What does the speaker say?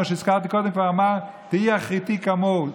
כמו שהזכרתי קודם, כבר אמר "תהי אחריתי כמהו".